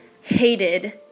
hated